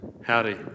Howdy